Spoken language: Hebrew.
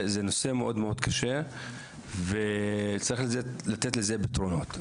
זה נושא מאוד מאוד קשה וצריך לתת לזה פתרונות.